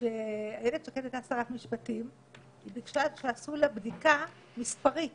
כשאיילת שקד הייתה שרת משפטים היא ביקשה שיעשו לה בדיקה מספרית